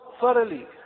thoroughly